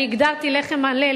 אני הגדרתי "לחם מלא",